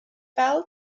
fel